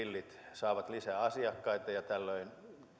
saavat lisää asiakkaita ja tällöin